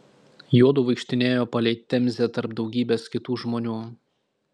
juodu vaikštinėjo palei temzę tarp daugybės kitų žmonių